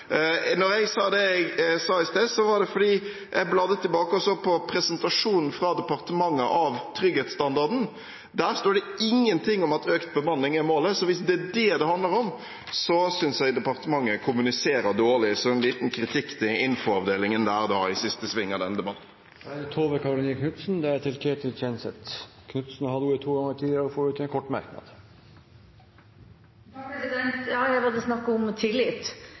jeg sa det jeg sa i sted, var det fordi jeg bladde tilbake og så på presentasjonen fra departementet av trygghetsstandarden. Der står det ingenting om at økt bemanning er målet. Så hvis det er det det handler om, synes jeg departementet kommuniserer dårlig – som en liten kritikk til informasjonsavdelingen der i siste sving av denne debatten. Representanten Tove Karoline Knutsen har hatt ordet to ganger tidligere og får ordet til en kort merknad, begrenset til 1 minutt. Her var det snakk om tillit.